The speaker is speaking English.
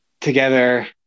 together